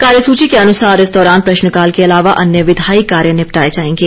कार्यसूची के अनुसार इस दौरान प्रश्नकाल के अलावा अन्य विधायी कार्य निपटाए जाएंगे